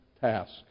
task